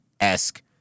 esque